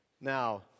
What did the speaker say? Now